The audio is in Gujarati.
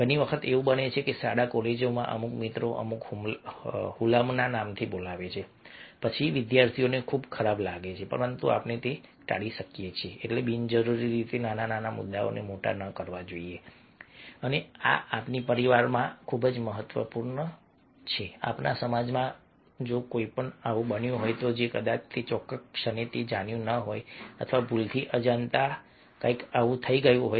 ઘણી વખત એવું બને છે કે શાળા કોલેજોમાં અમુક મિત્રો અમુક હુલામણા નામથી બોલાવે છે અને પછી વિદ્યાર્થીઓને બહુ ખરાબ લાગે છે પરંતુ આપણે ટાળી શકીએ છીએ એટલે બિનજરૂરી રીતે નાના મુદ્દાઓને મોટા ન કરવા જોઈએ અને આ આપણા પરિવારમાં ખૂબ જ મહત્વપૂર્ણ છે આપણા સમાજમાં જો કંઈક એવું બોલ્યું હોય જે કદાચ તે ચોક્કસ ક્ષણે તે જાણ્યું ન હોય અથવા ભૂલથી અજાણતા અજાણતા કંઈક આવી ગયું હોય